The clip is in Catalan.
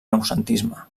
noucentisme